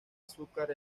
azúcar